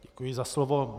Děkuji za slovo.